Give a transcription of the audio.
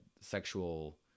sexual